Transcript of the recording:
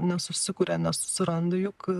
nesusikuria nesusiranda juk